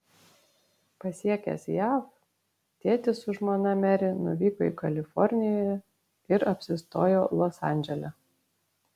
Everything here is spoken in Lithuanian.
pasiekęs jav tėtis su žmona meri nuvyko į kaliforniją ir apsistojo los andžele